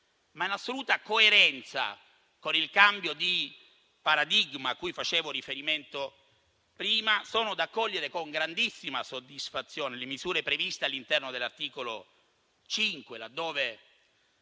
in assoluta coerenza con il cambio di paradigma a cui facevo riferimento prima, sono da cogliere con grandissima soddisfazione le misure previste all'articolo 5, laddove